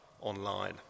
online